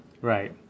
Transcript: Right